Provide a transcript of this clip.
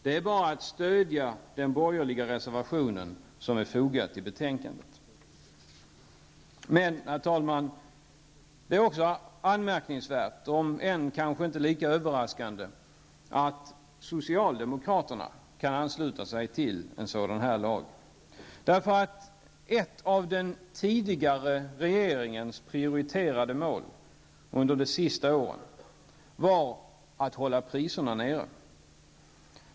Det är bara att stödja den borgerliga reservationen 1 som är fogad till betänkandet. Det är också anmärkningsvärt, herr talman, om än kanske inte lika överraskande, att socialdemokraterna kan ansluta sig till förslaget att bibehålla bestämmelsen om prismärkning. Ett av den tidigare regeringens prioriterade mål under de sista åren var att hålla priserna nere.